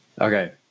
okay